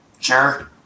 sure